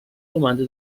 domanda